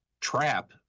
trap